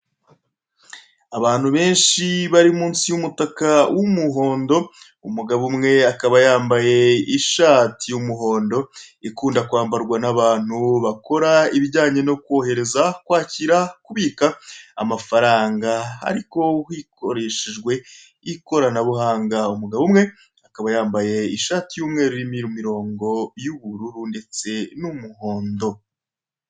Abantu benshi bari munsi y'umutaka w'umuhondo umugabo umwe akaba yambaye ishati y'umuhondo ikunda kwambarwa n'abantu bakora ibijyanye no kohereza, kwakira, kubikaka, amafaranga ariko hakoreshejwe ikoranabuhanga. Umugabo umwe akaba yambaye ishati irimo imirongo y'ubururu ndetse n'umuhondo.